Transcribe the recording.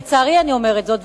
לצערי אני אומרת זאת,